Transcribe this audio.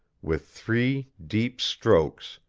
with three deep strokes,